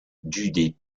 des